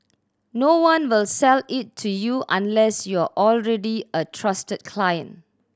no one will sell it to you unless you're already a trusted client